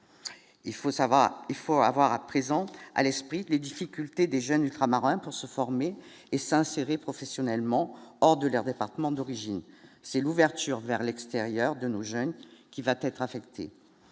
il faut avoir à présent à l'esprit les difficultés des jeunes ultramarins pour se former et s'insérer professionnellement, hors de leur département d'origine, c'est l'ouverture vers l'extérieur de nos jeunes qui va t'être affectés,